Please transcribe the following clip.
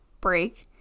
break